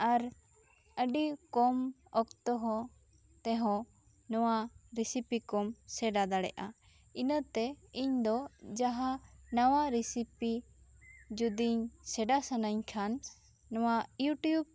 ᱟᱨ ᱟᱹᱰᱤ ᱠᱚᱢ ᱚᱠᱛᱚ ᱦᱚᱸ ᱛᱮᱦᱚᱸ ᱱᱚᱣᱟ ᱨᱮᱥᱤᱯᱤ ᱠᱚᱢ ᱥᱮᱬᱟ ᱫᱟᱲᱮᱭᱟᱜ ᱟ ᱤᱱᱟᱹ ᱛᱮ ᱤᱧ ᱫᱚ ᱡᱟᱦᱟᱸ ᱱᱟᱣᱟ ᱨᱮᱥᱤᱯᱤ ᱡᱩᱫᱤ ᱥᱮᱬᱟ ᱥᱟᱱᱟᱹᱧ ᱠᱷᱟᱱ ᱱᱚᱣᱟ ᱭᱩᱴᱤᱭᱩᱵᱽ